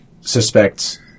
suspects